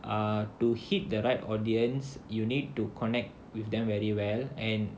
err to hit the right audience you need to connect with them very well and